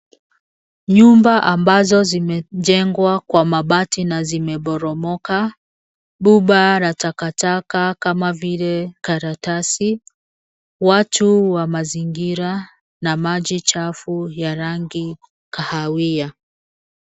Nyumba ambazo zimejengwa kwa mabati zimeporomoka. Pupa la takataka, kama vile karatasi, watu wa mazingira na maji chafu ya rangi kahawia.